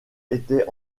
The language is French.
était